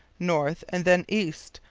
north and then east,